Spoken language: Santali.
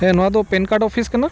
ᱦᱮᱸ ᱱᱚᱣᱟ ᱫᱚ ᱯᱮᱱ ᱠᱟᱨᱰ ᱚᱯᱷᱤᱥ ᱠᱟᱱᱟ